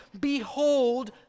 Behold